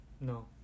No